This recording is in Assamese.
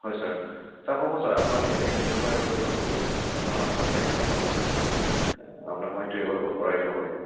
হয় ছাৰ ছাৰ হ'ব ছাৰ আমাৰ ইয়াতে ইন'ভা এভেইলেবল হৈ আছে ইন'ভা আছে অলৰেদি আপোনাক মই সেইটো এভেইলেবল কৰাই দিব পাৰিম